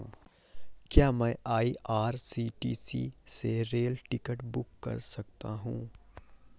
क्या मैं आई.आर.सी.टी.सी से रेल टिकट बुक कर सकता हूँ?